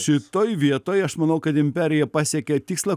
šitoj vietoj aš manau kad imperija pasiekė tikslą